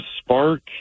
spark